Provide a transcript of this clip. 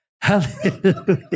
Hallelujah